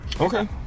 okay